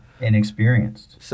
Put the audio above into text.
inexperienced